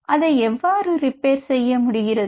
அதை எவ்வாறு ரிப்பேர் செய்ய முடிகிறது